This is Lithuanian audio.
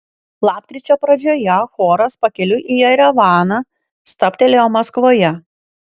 lapkričio pradžioje choras pakeliui į jerevaną stabtelėjo maskvoje